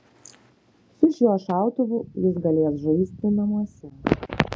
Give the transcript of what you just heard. su šiuo šautuvu jis galės žaisti namuose